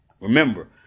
Remember